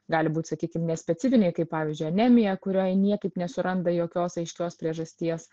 gali būt sakykim nespecifiniai kaip pavyzdžiui anemija kuriai niekaip nesuranda jokios aiškios priežasties